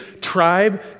tribe